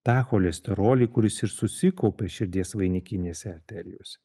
tą cholesterolį kuris ir susikaupė širdies vainikinėse arterijose